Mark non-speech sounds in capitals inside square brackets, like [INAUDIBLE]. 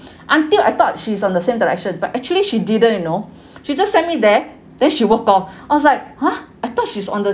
until I thought she's on the same direction but actually she didn't you know [BREATH] she just send me there then she walk off I was like !huh! I thought she's on the